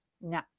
no